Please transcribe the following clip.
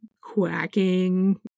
quacking